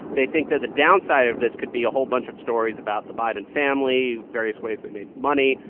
they think that the downside of this could be a whole bunch of stories about the biden family, various ways they made money.